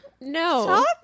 no